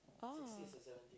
oh